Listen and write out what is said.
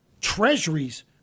treasuries